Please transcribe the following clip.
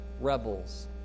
rebels